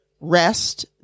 rest